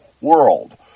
world